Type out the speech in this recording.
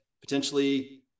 potentially